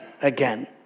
again